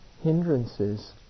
hindrances